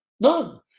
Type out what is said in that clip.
None